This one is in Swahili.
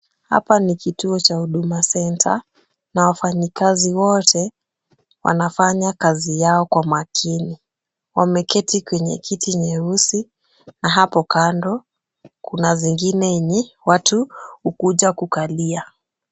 Hapa ni kituo ya Huduma Centre na wafanyikazi wote wanafanya kazi yao kwa makini. Wameketi kwenye kiti nyeusi na hapo kando kuna zingine yenye watu hukuja kukalia.